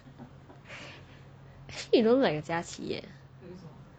actually you don't look like a 家琪 leh